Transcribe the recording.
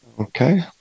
okay